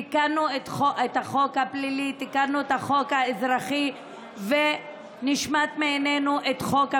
התשפ"ב 2022, של חברת הכנסת עאידה תומא סלימאן.